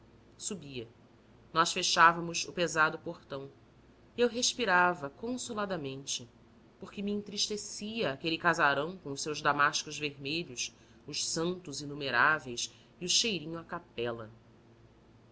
subia nós fechávamos o pesado portão e eu respirava consoladamente me entristecia aquele casarão com os seus damascos vermelhos os santos inumeráveis e o cheirinho a capela